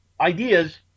ideas